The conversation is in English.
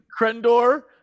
Krendor